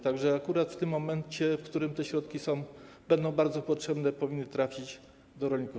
Tak że akurat w tym momencie, w którym te środki będą bardzo potrzebne, powinny trafić do rolników.